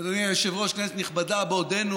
אדוני היושב-ראש, כנסת נכבדה, בעודנו